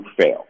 fail